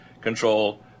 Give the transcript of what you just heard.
control